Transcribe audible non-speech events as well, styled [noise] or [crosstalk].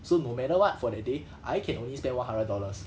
so no matter what for that day [breath] I can only spend one hundred dollars